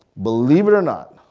believe it or not,